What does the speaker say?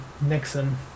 Nixon